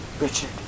Richard